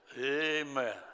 Amen